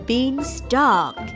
Beanstalk